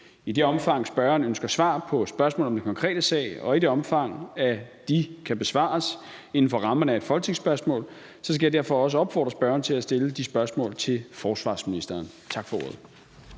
I det omfang, spørgeren ønsker svar på spørgsmål om den konkrete sag, og i det omfang, de kan besvares inden for rammerne af et folketingsspørgsmål, skal jeg derfor også opfordre spørgeren til at stille de spørgsmål til forsvarsministeren. Tak for ordet.